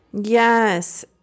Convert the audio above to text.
Yes